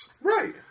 Right